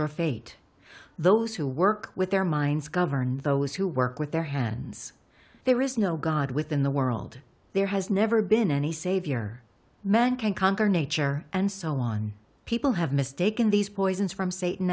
your fate those who work with their minds govern those who work with their hands there is no god within the world there has never been any savior men can conquer nature and so on people have mistaken these poisons from satan